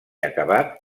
acabat